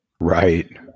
right